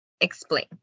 Explain